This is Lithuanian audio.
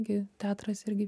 gi teatras irgi